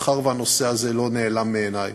מאחר שהנושא הזה לא נעלם מעיני,